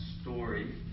story